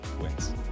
wins